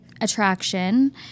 attraction